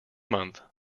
month